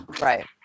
Right